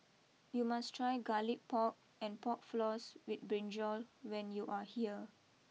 you must try Garlic Pork and Pork Floss with Brinjal when you are here